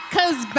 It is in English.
Cause